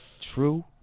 True